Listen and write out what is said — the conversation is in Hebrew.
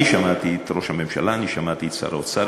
אני שמעתי את ראש הממשלה, אני שמעתי את שר האוצר.